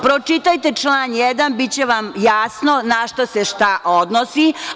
Pročitajte član 1. biće vam jasno na šta se šta odnosi.